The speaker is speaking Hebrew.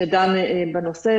שדן בנושא.